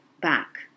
back